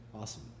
awesome